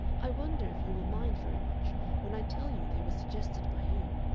i wonder if you will mind very much when i tell you they were suggested by you.